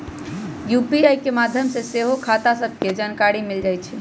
UPI के माध्यम से सेहो खता सभके जानकारी मिल जाइ छइ